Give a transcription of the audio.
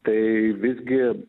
tai visgi